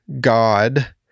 God